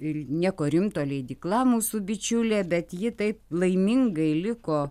ir nieko rimto leidykla mūsų bičiulė bet ji taip laimingai liko